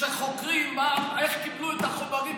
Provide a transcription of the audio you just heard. הפרקליטים שחוקרים איך קיבלו את החומרים,